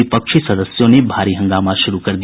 विपक्षी सदस्यों ने भारी हंगामा शुरू कर दिया